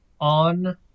on